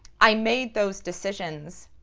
i made those decisions,